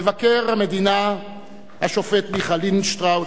מבקר המדינה השופט מיכה לינדנשטראוס,